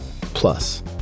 Plus